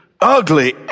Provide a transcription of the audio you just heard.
ugly